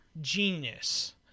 genius